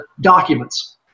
documents